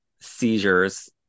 seizures